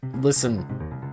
listen